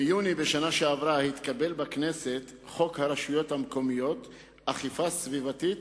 ביוני בשנה שעברה התקבל בכנסת חוק הרשויות המקומיות (אכיפה סביבתית,